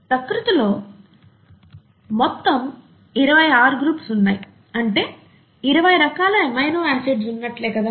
ప్రకృతిలో మొత్తం ఇరవై R గ్రూప్స్ ఉన్నాయి అంటే ఇరవై రకాల ఎమినో ఆసిడ్స్ ఉన్నట్లే కదా